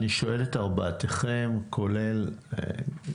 אני שואל את ארבעתכם, כולל טלי